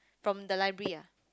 from the library ah